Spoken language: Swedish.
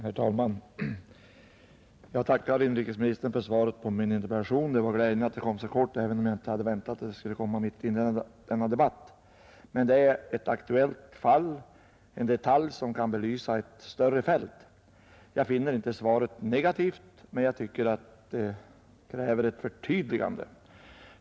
Herr talman! Jag tackar inrikesministern för svaret på min interpellation. Det är glädjande att det kom så snabbt, även om jag inte hade väntat att det skulle komma mitt i denna debatt. Min interpellation avser ett aktuellt fall, en detalj som kan belysa ett större fält. Jag finner inte svaret negativt, men jag tycker att det kräver ett förtydligande.